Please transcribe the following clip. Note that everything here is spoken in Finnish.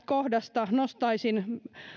kohdasta nostaisin